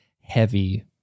heavy